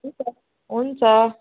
हुन्छ हुन्छ